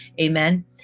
amen